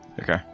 Okay